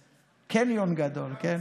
זה קניון גדול, כן.